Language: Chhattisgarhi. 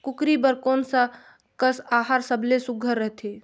कूकरी बर कोन कस आहार सबले सुघ्घर रथे?